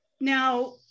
Now